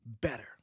better